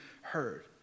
heard